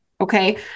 okay